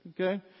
Okay